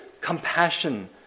compassion